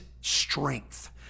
strength